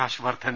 Harsh Vardhan